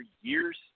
years